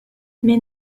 mais